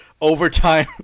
overtime